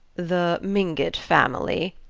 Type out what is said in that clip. the mingott family,